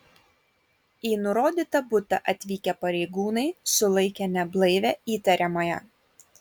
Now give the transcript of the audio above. į nurodytą butą atvykę pareigūnai sulaikė neblaivią įtariamąją